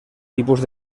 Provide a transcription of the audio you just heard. tipus